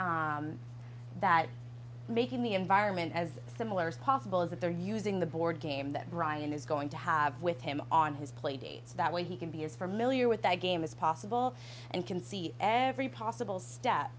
that that making the environment as similar as possible is that they're using the board game that ryan is going to have with him on his play dates that way he can be as for milieu with that game as possible and can see every possible step